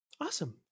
awesome